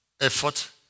effort